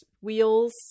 wheels